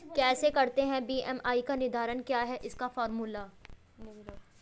कैसे करते हैं बी.एम.आई का निर्धारण क्या है इसका फॉर्मूला?